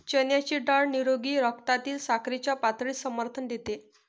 चण्याची डाळ निरोगी रक्तातील साखरेच्या पातळीस समर्थन देते